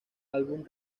álbum